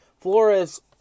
Flores